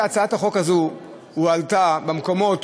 הצעת החוק הזאת הועלתה במקומות